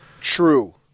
True